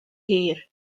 hir